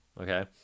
Okay